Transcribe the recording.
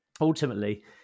ultimately